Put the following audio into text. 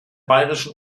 bayerischen